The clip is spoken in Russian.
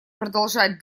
продолжать